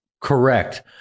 Correct